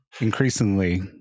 increasingly